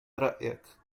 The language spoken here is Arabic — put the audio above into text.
رأيك